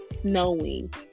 snowing